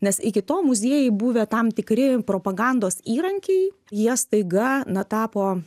nes iki to muziejai buvę tam tikri propagandos įrankiai jie staiga na tapo